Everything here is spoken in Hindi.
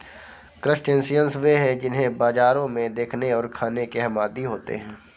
क्रस्टेशियंस वे हैं जिन्हें बाजारों में देखने और खाने के हम आदी होते हैं